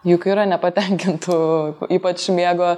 juk yra nepatenkintų ypač miego